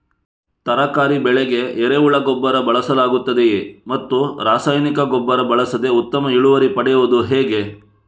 ತರಕಾರಿ ಬೆಳೆಗೆ ಎರೆಹುಳ ಗೊಬ್ಬರ ಬಳಸಲಾಗುತ್ತದೆಯೇ ಮತ್ತು ರಾಸಾಯನಿಕ ಗೊಬ್ಬರ ಬಳಸದೆ ಉತ್ತಮ ಇಳುವರಿ ಪಡೆಯುವುದು ಹೇಗೆ?